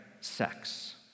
sex